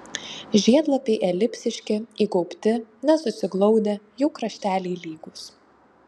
žiedlapiai elipsiški įgaubti nesusiglaudę jų krašteliai lygūs